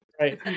Right